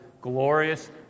glorious